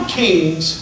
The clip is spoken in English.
kings